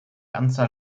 anzahl